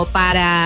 para